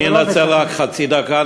אני אנצל רק חצי דקה.